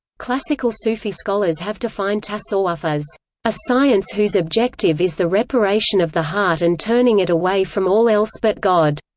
classical sufi scholars have defined tasawwuf as a science whose objective is the reparation of the heart and turning it away from all else but god.